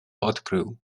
odkrył